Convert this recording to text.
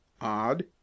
Odd